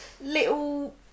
little